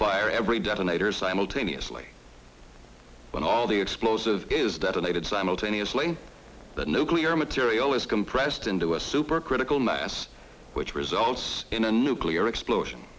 fire every detonators simultaneously when all the explosive is detonated simultaneously the nuclear material is compressed into a super critical mass which results in a nuclear explosion